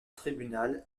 tribunal